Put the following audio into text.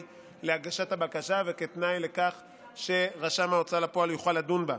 להגשת הבקשה וכתנאי לכך שרשם ההוצאה לפועל יוכל לדון בה.